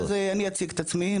אוקיי, אז אני אציג את עצמי.